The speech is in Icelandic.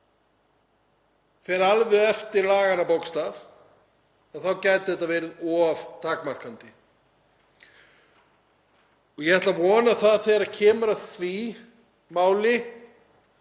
fer alveg eftir laganna bókstaf þá gæti þetta verið of takmarkandi. Ég ætla að vona það þegar kemur að því máli